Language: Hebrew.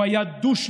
הוא היה דו-שנתי,